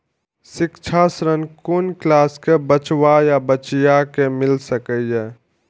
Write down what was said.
शिक्षा ऋण कुन क्लास कै बचवा या बचिया कै मिल सके यै?